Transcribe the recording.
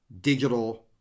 digital